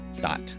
Dot